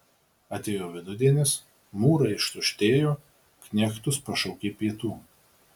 atėjo vidudienis mūrai ištuštėjo knechtus pašaukė pietų